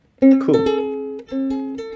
Cool